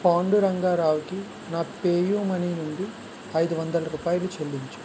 పాండురంగా రావుకి నా pay U money నుండి ఐదు వందల రూపాయలు చెల్లించు